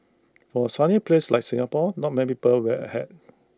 for A sunny place like Singapore not may people wear A hat